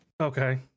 okay